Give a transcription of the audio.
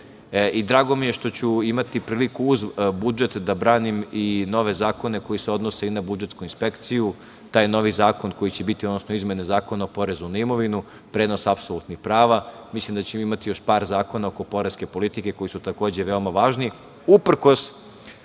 mi je što ću imati priliku uz budžet da branim i nove zakone koji se odnose i na budžetsku inspekciju. Taj novi zakon koji će biti, odnosno izmene Zakona o porezu na imovinu, prenos apsolutnih prava, mislim da ćemo imati još par zakona oko poreske politike koji su takođe veoma važni. Uprkos